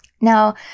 Now